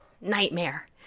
nightmare